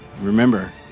Remember